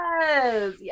yes